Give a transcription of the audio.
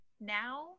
now